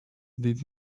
did